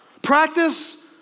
Practice